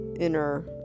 Inner